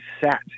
set